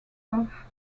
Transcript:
off